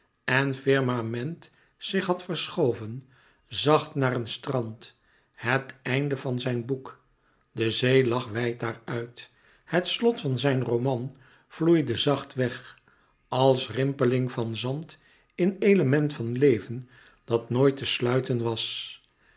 en firmament zich had verschoven zacht naar een strand het einde van zijn boek de zee lag wijd daar uit het slot van zijn roman vloeide zacht weg als louis couperus metamorfoze rimpeling van zand in element van leven dat nooit te sluiten was